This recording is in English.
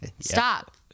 Stop